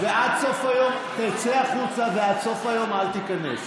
צא החוצה ועד סוף היום אל תיכנס.